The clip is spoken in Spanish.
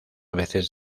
veces